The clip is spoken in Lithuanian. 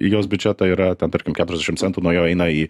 į jos biudžetą yra ten tarkim keturiasdešimt centų nuo jo eina į